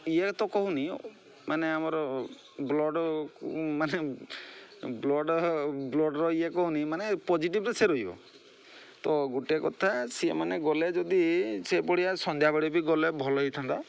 ଇଏ ତ କହୁନି ମାନେ ଆମର ବ୍ଲଡ଼୍ ମାନେ ବ୍ଲଡ଼୍ ବ୍ଲଡ଼ର ଇଏ କହୁନି ମାନେ ପଜିଟିଭ୍ରେ ସେ ରହିବ ତ ଗୋଟେ କଥା ସିଏ ମାନେ ଗଲେ ଯଦି ସେ ପଡ଼ିଆ ସନ୍ଧ୍ୟାବେଳେ ବି ଗଲେ ଭଲ ହୋଇଥାନ୍ତା